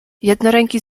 jednoręki